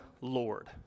Lord